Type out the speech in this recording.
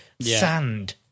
sand